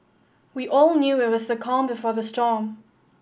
we all knew it was the calm before the storm